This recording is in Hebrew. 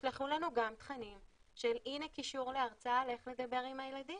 תשלחו לנו גם תכנים של 'הנה קישור להרצאה על איך לדבר עם הילדים',